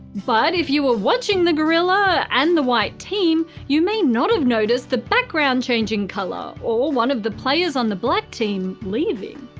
but if you were watching the gorilla, and the white team, you may not have noticed the background changing colour or one of the players on the black team leaving.